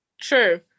True